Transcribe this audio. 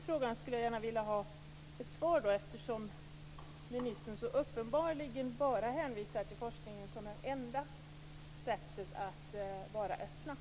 Jag skulle gärna vilja ha ett svar på frågan, eftersom ministern så uppenbart hänvisar till forskningen som det enda sättet att vara öppen.